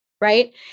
Right